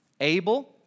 Abel